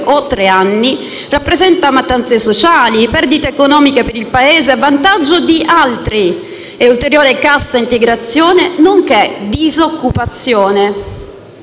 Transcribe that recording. o tre anni, comporta mattanze sociali, perdite economiche per il Paese a vantaggio di altri e ulteriore cassa integrazione, nonché disoccupazione